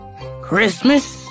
Christmas